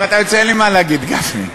אם אתה יוצא, אין לי מה להגיד, גפני.